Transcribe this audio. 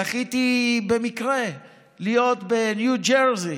זכיתי במקרה להיות בניו ג'רזי